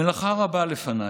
מלאכה רבה לפניי,